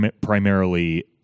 primarily